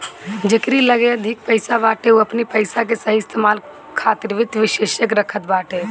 जेकरी लगे अधिक पईसा बाटे उ अपनी पईसा के सही इस्तेमाल खातिर वित्त विशेषज्ञ रखत बाटे